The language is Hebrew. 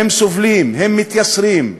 הם סובלים, הם מתייסרים.